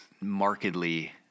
markedly